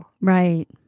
Right